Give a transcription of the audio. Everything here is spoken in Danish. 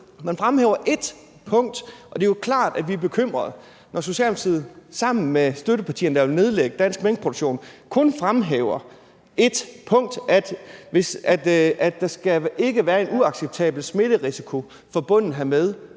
Man fremhæver ét punkt, og det er jo klart, at vi er bekymrede, når Socialdemokratiet sammen med støttepartierne, der vil nedlægge dansk minkproduktion, kun fremhæver ét punkt, nemlig at der ikke må være en uacceptabel smitterisiko forbundet med